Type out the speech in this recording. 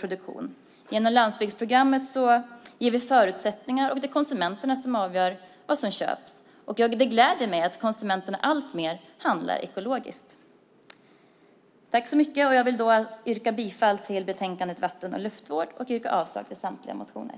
produktion. Genom Landsbygdsprogrammet ger vi förutsättningar, och det är konsumenterna som avgör vad som köps. Det gläder mig att konsumenterna alltmer handlar ekologiskt. Jag yrkar bifall till utskottets förslag i betänkandet Vatten och luftvård och avslag på samtliga motioner.